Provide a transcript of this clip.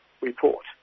report